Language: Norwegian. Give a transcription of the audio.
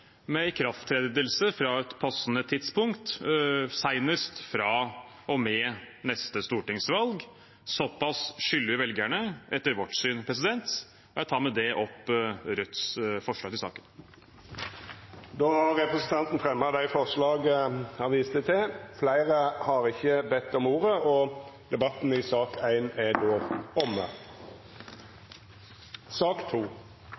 med ikrafttredelse fra et passende tidspunkt, seinest fra og med neste stortingsvalg. Såpass skylder vi velgerne etter vårt syn, og jeg tar med det opp Rødts forslag i saken. Då har representanten Bjørnar Moxnes teke opp dei forslaga han refererte til. Fleire har ikkje bedt om ordet